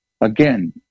Again